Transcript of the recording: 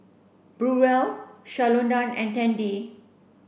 Burrell Shalonda and Tandy